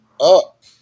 up